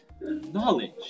knowledge